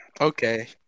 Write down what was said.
Okay